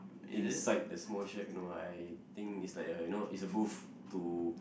inside the small shack no I think it's like a you know it's a booth to